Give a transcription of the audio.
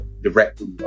directly